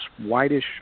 whitish